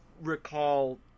recall